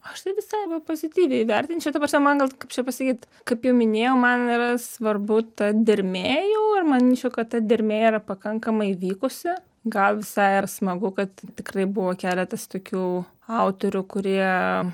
aš tai visai gal pozityviai vertinčiau ta prasme man gal kaip čia pasakyt kaip jau minėjau man yra svarbu ta dermė jau ir manyčiau kad ta dermė yra pakankamai vykusi gal visai ir smagu kad tikrai buvo keletas tokių autorių kurie